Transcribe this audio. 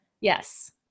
yes